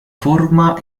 forma